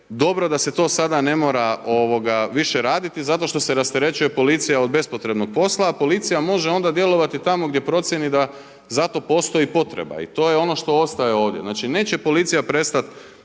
dobro da se to sada ne mora više raditi, zato što se rasterećuje policija od bespotrebnog posla, a policija može onda djelovati tamo gdje procijeni da za to postoji potreba i to je ono što ostaje ovdje. Znači, neće policija prestati